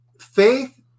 faith